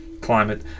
climate